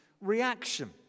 reaction